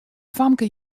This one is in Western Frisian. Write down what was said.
famke